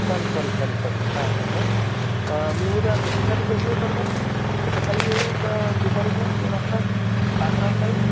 चालेल चालेल चालेल चालेल काय हरकत नाही मी उद्या भेटीसाठी कधी येऊ सर मग सकाळी येऊ का दुपारून येऊ दोन वाजता का अकरा वाजता येऊ